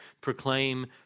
proclaim